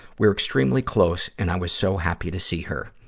we're extremely close and i was so happy to see her.